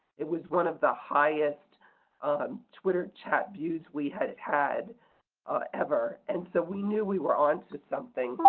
it was one of the highest twitter chat views we had had ever. and so we knew we were on to something.